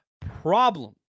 problem